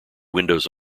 windows